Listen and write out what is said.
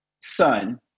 son